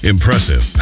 Impressive